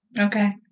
Okay